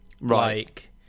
right